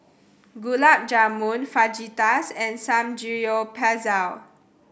Gulab Jamun Fajitas and Samgeyopsal